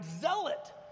zealot